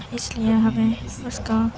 اس لیے ہمیں اس کا